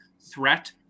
threat